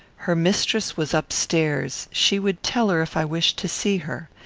her mistress was up-stairs she would tell her if i wished to see her,